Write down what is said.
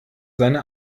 seine